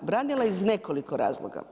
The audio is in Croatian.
Branila iz nekoliko razloga.